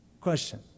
Question